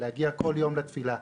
להגיע כל יום לתפילה,